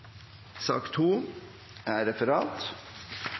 sak, er